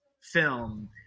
film